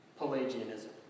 Pelagianism